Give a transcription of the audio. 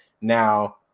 Now